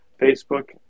Facebook